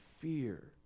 fear